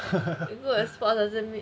you good at sports doesn't mean